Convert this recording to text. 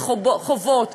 של חובות,